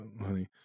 honey